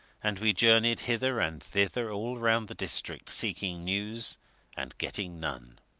and we journeyed hither and thither all round the district, seeking news and getting none.